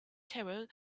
terror